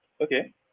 okay